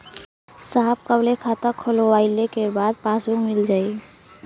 साहब कब ले खाता खोलवाइले के बाद पासबुक मिल जाई?